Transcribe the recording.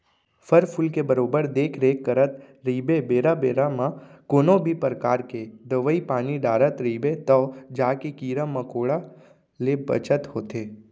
फर फूल के बरोबर देख रेख करत रइबे बेरा बेरा म कोनों भी परकार के दवई पानी डारत रइबे तव जाके कीरा मकोड़ा ले बचत होथे